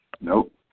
Nope